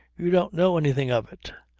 you don't know anything of it?